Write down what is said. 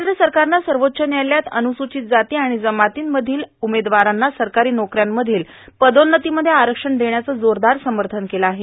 केंद्र सरकारनं सर्वोच्च न्यायालयात अन्न्यूचित जाती आणि जमातीमधल्या उमेदवारांना सरकारी नोकऱ्या मधल्या बढतीमध्ये आरक्षण देण्याचं जोरदार समर्थन केलं आहे